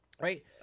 Right